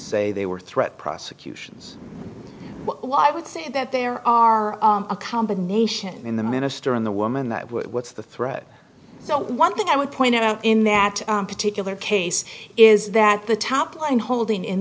say they were threat prosecutions while i would say that there are a combination in the minister and the woman that would what's the threat so one thing i would point out in that particular case is that the top i'm holding in